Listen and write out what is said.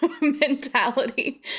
mentality